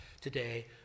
today